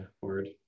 Word